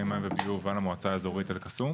מים וביוב על המועצה האזורית אל-קסום.